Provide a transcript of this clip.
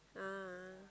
ah